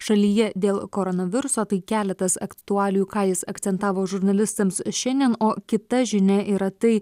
šalyje dėl koronaviruso tai keletas aktualijų ką jis akcentavo žurnalistams šiandien o kita žinia yra tai